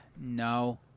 no